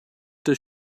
does